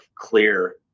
clear